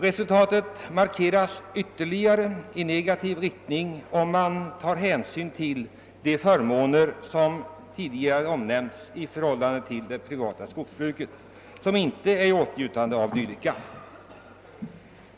Resultatet markeras ytterligare i negativ riktning, om man tar hänsyn till de förmåner som — det har omnämnts tidigare — domänverket har i förhållande till det privata skogsbruket.